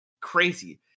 crazy